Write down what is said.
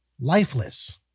lifeless